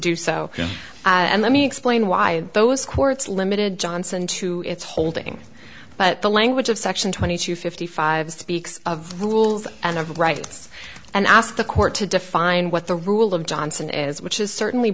do so and let me explain why those courts limited johnson to its holding but the language of section twenty two fifty five speaks of rules and of rights and ask the court to define what the rule of johnson is which is certainly